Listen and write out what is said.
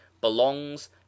belongs